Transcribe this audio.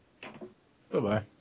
Bye-bye